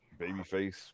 babyface